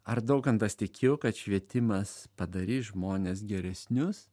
ar daukantas tikėjo kad švietimas padarys žmones geresnius